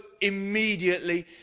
immediately